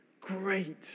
great